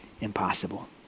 impossible